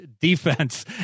defense